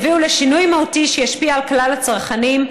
תביא לשינוי מהותי שישפיע על כלל הצרכנים.